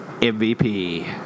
MVP